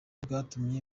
bwatumye